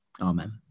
amen